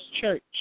church